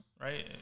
right